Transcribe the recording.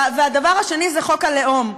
והדבר השני זה חוק הלאום.